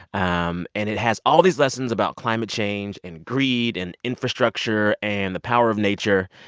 um and it has all these lessons about climate change, and greed, and infrastructure and the power of nature.